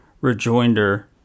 rejoinder